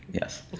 Yes